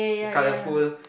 colourful